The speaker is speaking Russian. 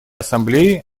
ассамблее